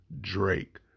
Drake